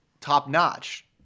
top-notch